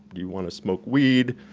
you wanna smoke weed,